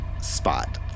spot